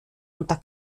unter